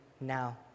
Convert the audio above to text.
now